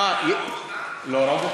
איזה חוק, להרוג אותם?